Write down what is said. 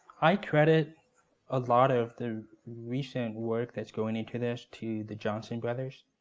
i credit a lot of the recent work that's going into this to the johnson brothers,